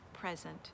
present